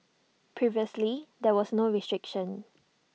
previously there was no restriction